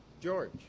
George